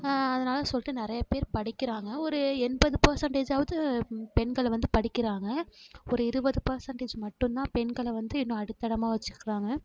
அதனால் சொல்லிட்டு நிறையா பேர் படிக்கிறாங்க ஒரு எண்பது பேர்சென்ட்டேஜாவது பெண்களை வந்து படிக்கிறாங்க ஒரு இருபது பேர்சென்டேஜ் மட்டும் தான் பெண்களை வந்து இன்னும் அடிமைத்தனமா வெச்சுக்கிறாங்க